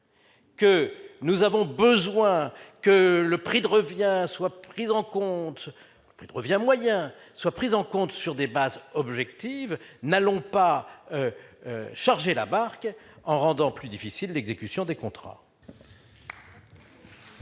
qu'il est nécessaire que le prix de revient moyen soit pris en compte sur des bases objectives, ne chargeons pas la barque en rendant plus difficile l'exécution des contrats.